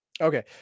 Okay